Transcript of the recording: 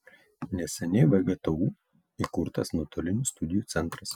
neseniai vgtu įkurtas nuotolinių studijų centras